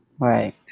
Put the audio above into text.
Right